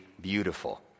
beautiful